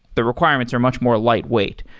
the requirements are much more lightweight.